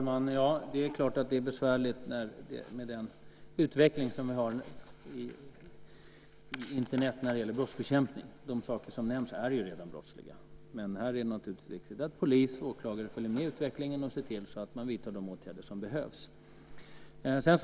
Fru talman! Det är klart att det är besvärligt för brottsbekämpning med den utveckling inom Internet som vi har. De saker som nämns är redan brottsliga, men polis och åklagare följer utvecklingen och ser till att de åtgärder som behövs vidtas.